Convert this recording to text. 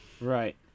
Right